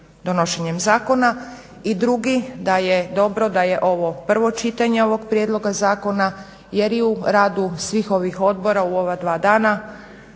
donošenjem zakona. I drugi da je dobro da je ovo prvo čitanje ovog prijedloga zakona jer i u radu svih ovih odbora u ova dva dana